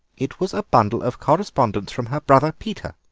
it was a bundle of correspondence from her brother peter.